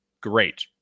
great